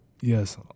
Yes